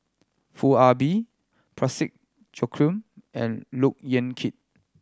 Foo Ah Bee Parsick Joaquim and Look Yan Kit